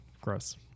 gross